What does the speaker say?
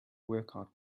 workout